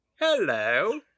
Hello